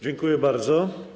Dziękuję bardzo.